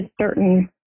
certain